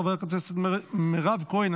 חברת הכנסת מירב כהן,